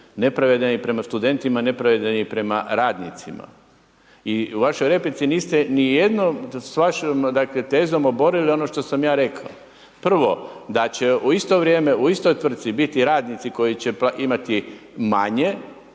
Nepravedan je i prema studentima, nepravedan je i prema radnicima. I u vašoj replici, niste ni jednom s vašom tezom oborili ono što sam ja rekao. Prvo da će u isto vrijeme, u istoj tvrtci biti radnici koji će imati manje,